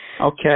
Okay